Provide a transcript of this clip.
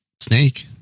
snake